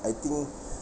I think